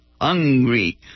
hungry